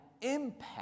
impact